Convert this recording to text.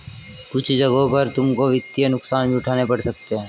कुछ जगहों पर तुमको वित्तीय नुकसान भी उठाने पड़ सकते हैं